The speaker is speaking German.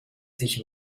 sich